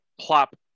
plop